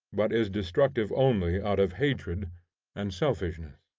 but is destructive only out of hatred and selfishness.